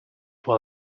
were